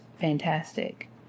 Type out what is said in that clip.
fantastic